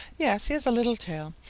yes, he has a little tail,